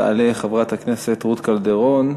תעלה חברת הכנסת רות קלדרון,